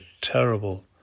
terrible